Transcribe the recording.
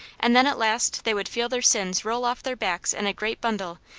and then at last they would feel their sins roll off their backs in a great bundle,